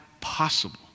possible